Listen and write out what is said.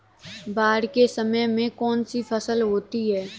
बाढ़ के समय में कौन सी फसल होती है?